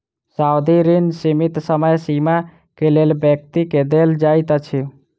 सावधि ऋण सीमित समय सीमा के लेल व्यक्ति के देल जाइत अछि